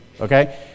okay